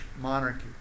monarchy